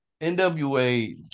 nwa